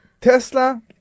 tesla